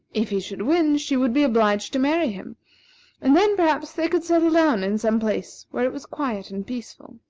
if he should win, she would be obliged to marry him and then, perhaps, they could settle down in some place where it was quiet and peaceful.